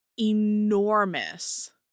enormous